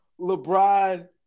LeBron